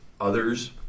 others